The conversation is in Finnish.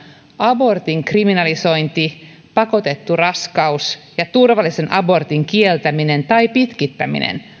abortin kriminalisointi pakotettu raskaus ja turvallisen abortin kieltäminen tai pitkittäminen